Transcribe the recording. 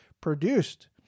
produced